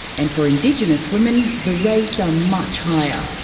and for indigenous women, the rates are much higher.